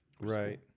Right